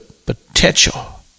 potential